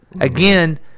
Again